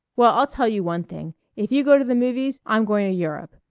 well, i'll tell you one thing. if you go to the movies i'm going to europe.